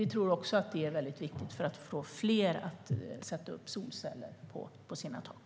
Vi tror också att det är väldigt viktigt för att få fler att sätta upp solceller på sina tak.